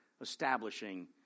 establishing